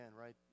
right